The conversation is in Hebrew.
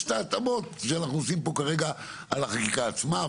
יש את ההתאמות שאנחנו עושים פה כרגע על החקיקה עצמה.